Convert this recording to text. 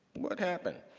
what happened?